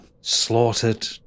slaughtered